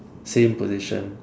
same position